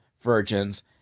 virgins